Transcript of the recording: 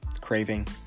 craving